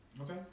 Okay